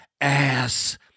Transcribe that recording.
ass